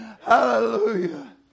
Hallelujah